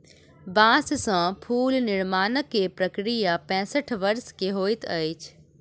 बांस से फूल निर्माण के प्रक्रिया पैसठ वर्ष के होइत अछि